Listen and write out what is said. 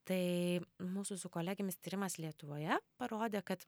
tai mūsų su kolegėmis tyrimas lietuvoje parodė kad